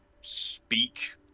speak